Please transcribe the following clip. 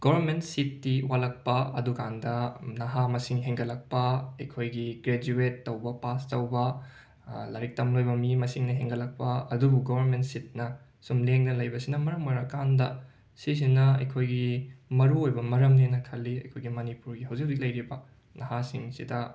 government ꯁꯤꯠꯇꯤ ꯋꯥꯠꯂꯛꯄ ꯑꯗꯨꯀꯥꯟꯗ ꯅꯍꯥ ꯃꯁꯤꯡ ꯍꯦꯟꯒꯠꯂꯛꯄ ꯑꯩꯈꯣꯏꯒꯤ ꯒ꯭ꯔꯦꯖꯨꯋꯦꯠ ꯇꯧꯕ ꯄꯥꯁ ꯇꯧꯕ ꯂꯥꯏꯔꯤꯛ ꯇꯝ ꯂꯣꯏꯕ ꯃꯤ ꯃꯁꯤꯡꯅ ꯍꯦꯟꯒꯠꯂꯛꯄ ꯑꯗꯨꯨꯕꯨ ꯒꯣꯋꯔꯃꯦꯟ ꯁꯤꯠꯅ ꯁꯨꯝ ꯂꯦꯡꯗꯅ ꯂꯩꯕꯁꯤꯅ ꯃꯔꯝ ꯑꯣꯏꯔꯀꯥꯟꯗ ꯁꯤꯁꯤꯅ ꯑꯩꯈꯣꯏꯒꯤ ꯃꯔꯨꯑꯣꯏꯕ ꯃꯔꯝꯅꯦꯅ ꯈꯜꯂꯤ ꯑꯩꯈꯣꯏꯒꯤ ꯃꯅꯤꯄꯨꯔꯒꯤ ꯍꯧꯖꯤꯛ ꯍꯧꯖꯤꯛ ꯂꯩꯔꯤꯕ ꯅꯍꯥꯁꯤꯡꯁꯤꯗ